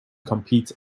compete